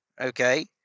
Okay